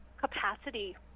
capacity